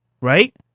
right